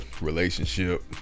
relationship